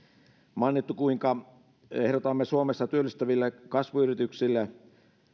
mainittu kuinka ehdotamme suomessa työllistäville kasvuyrityksille